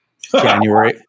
January